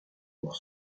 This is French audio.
pour